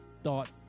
thought